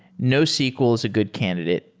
nosql is a good candidate.